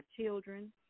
children